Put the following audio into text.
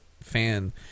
fan